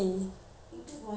one six five